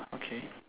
but okay